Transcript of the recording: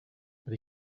but